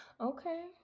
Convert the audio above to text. Okay